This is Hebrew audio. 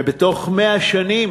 ובתוך 100 ימים